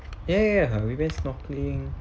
ya ya ya we went snorkeling